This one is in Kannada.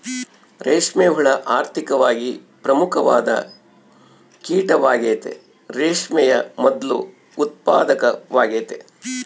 ರೇಷ್ಮೆ ಹುಳ ಆರ್ಥಿಕವಾಗಿ ಪ್ರಮುಖವಾದ ಕೀಟವಾಗೆತೆ, ರೇಷ್ಮೆಯ ಮೊದ್ಲು ಉತ್ಪಾದಕವಾಗೆತೆ